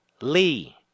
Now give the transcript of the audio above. Lee